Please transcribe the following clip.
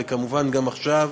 וכמובן גם עכשיו,